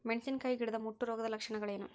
ಮೆಣಸಿನಕಾಯಿ ಗಿಡದ ಮುಟ್ಟು ರೋಗದ ಲಕ್ಷಣಗಳೇನು?